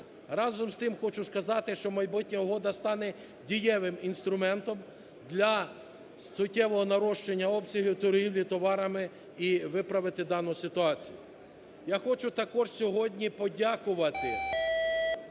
Разом із тим, хочу сказати, що майбутня угода стане дієвим інструментом для суттєвого нарощення обсягів торгівлі товарами і виправити дану ситуацію. Я хочу також сьогодні подякувати